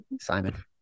simon